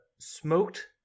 Smoked